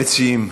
המציעים,